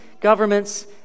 governments